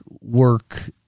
work